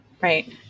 right